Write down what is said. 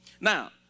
Now